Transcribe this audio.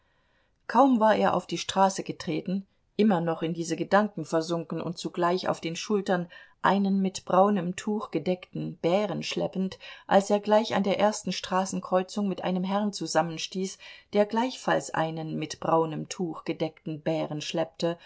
kaum war er auf die straße getreten immer noch in diese gedanken versunken und zugleich auf den schultern einen mit braunem tuch gedeckten bären schleppend als er gleich an der ersten straßenkreuzung mit einem herrn zusammenstieß der gleichfalls einen mit braunem tuch gedeckten bären schleppte